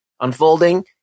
unfolding